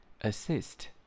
Assist